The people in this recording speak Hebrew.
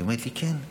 היא אומרת לי: כן,